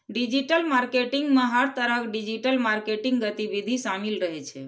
digital marketing मे हर तरहक डिजिटल मार्केटिंग गतिविधि शामिल रहै छै